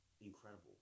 incredible